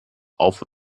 auf